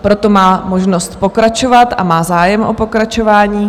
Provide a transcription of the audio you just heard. Proto má možnost pokračovat, a má zájem o pokračování.